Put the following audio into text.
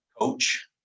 coach